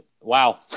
Wow